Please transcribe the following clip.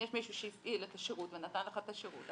אם יש מישהו שהפעיל את השרות ונתן לך את השרות,